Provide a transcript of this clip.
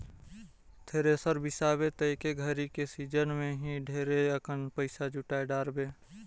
thresher बिसाबे त एक घरी के सिजन मे ही ढेरे अकन पइसा जुटाय डारबे